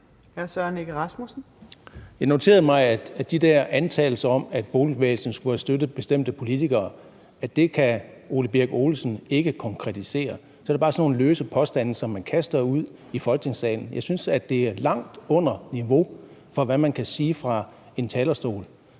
Jeg noterede mig, at de der antagelser om, at boligbevægelsen skulle have støttet bestemte politikere, kan hr. Ole Birk Olesen ikke konkretisere, så det er bare sådan nogle løse påstande, som man kaster ud i Folketingssalen. Jeg synes, at det er langt under niveau, med hensyn til hvad man kan sige fra en talerstol.